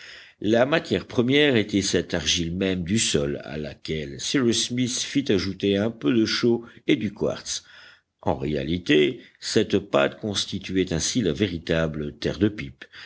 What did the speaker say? la matière première était cette argile même du sol à laquelle cyrus smith fit ajouter un peu de chaux et du quartz en réalité cette pâte constituait ainsi la véritable terre de pipe